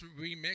remix